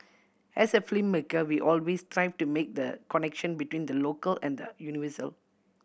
as a filmmaker we always strive to make the connection between the local and the universal